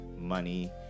money